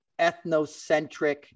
ethnocentric